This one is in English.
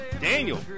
Daniel